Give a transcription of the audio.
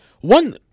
one